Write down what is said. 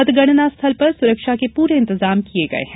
मतगणना स्थल पर सुरक्षा के पूरे इंतजाम किए गए हैं